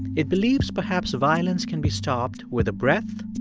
it believes perhaps violence can be stopped with a breath,